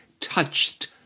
touched